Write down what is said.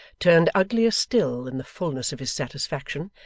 turned uglier still in the fulness of his satisfaction,